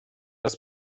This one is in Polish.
raz